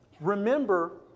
Remember